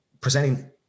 presenting